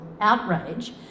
outrage